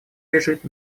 лежит